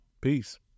Peace